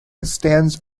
stands